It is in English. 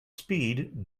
speed